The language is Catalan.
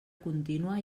contínua